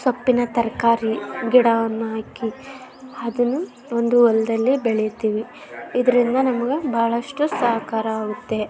ಸೊಪ್ಪಿನ ತರಕಾರಿ ಗಿಡವನ್ನು ಹಾಕಿ ಅದನ್ನು ಒಂದು ಹೊಲ್ದಲ್ಲಿ ಬೆಳಿತೀವಿ ಇದರಿಂದ ನಮ್ಗೆ ಭಾಳಷ್ಟು ಸಹಕಾರವಾಗುತ್ತೆ